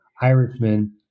Irishmen